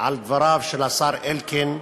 על דבריו של השר אלקין,